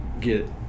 get